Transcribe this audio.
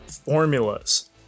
formulas